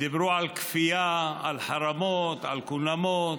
דיברו על כפייה, על חרמות, על קונמות,